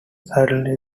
suddenly